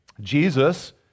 Jesus